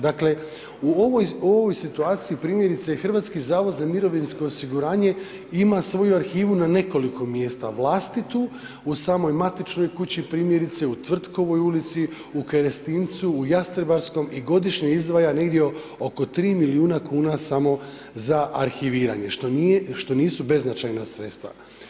Dakle u ovoj situaciji primjerice Hrvatski zavod za mirovinsko osiguranje ima svoju arhivu na nekoliko mjesta vlastitu, u samoj matičnoj kući primjerice u Tvrtkovoj ulici, u Kerestincu, u Jastrebarskom i godišnje izdvaja negdje oko 3 milijuna kuna za arhiviranje što nisu beznačajna sredstva.